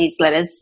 newsletters